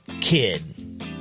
kid